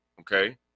okay